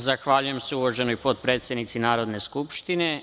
Zahvaljujem se uvaženoj potpredsednici Narodne skupštine.